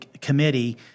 committee